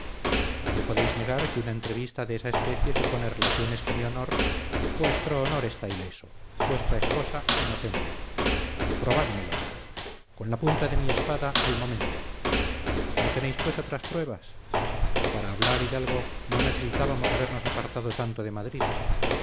no me podréis negar que una entrevista de esa especie supone relaciones que mi honor vuestro honor está ileso vuestra esposa inocente probádmelo con la punta de mi espada al momento no tenéis pues otras pruebas para hablar hidalgo no necesitábamos habernos apartado tanto de madrid